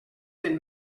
eren